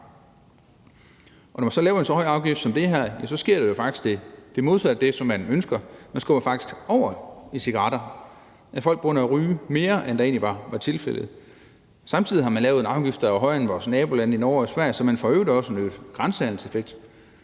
Og når man laver en så høj afgift som den her, sker der jo faktisk det modsatte af det, som man ønsker. Folk går faktisk over til cigaretter, og de begynder at ryge mere, end det egentlig var tilfældet. Samtidig har man lavet en afgift, der er højere end i vores nabolande Norge og Sverige, så det får i øvrigt også en grænsehandelseffekt.